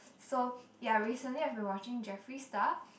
so ya recently I've been watching Jeffree Star